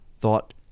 thought